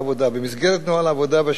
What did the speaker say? במסגרת נוהל העבודה והשקיפות